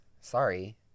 Sorry